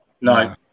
No